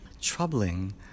troubling